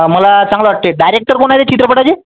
मला चांगलं वाटते डायरेक्टर कोण आहे चित्रपटाचे